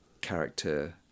character